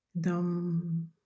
dum